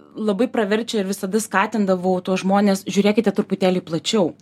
labai praverčia ir visada skatindavau tuos žmones žiūrėkite truputėlį plačiau